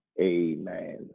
amen